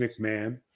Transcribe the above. McMahon